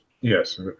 Yes